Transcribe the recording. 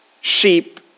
sheep